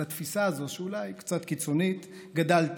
על התפיסה הזאת, שהיא אולי קצת קיצונית, גדלתי,